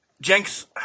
Jenks